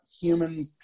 human